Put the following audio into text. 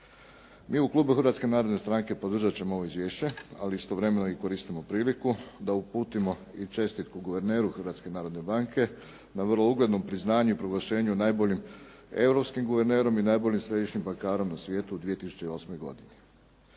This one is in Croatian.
narodne stranke podržat ćemo ovo izvješće, ali istovremeno koristimo priliku da uputimo i čestitku guverneru Hrvatske narodne banke na vrlo ugodnom priznanju i proglašenju najboljim europskim guvernerom i najboljim središnjim bankarom na svijetu 2008. godine.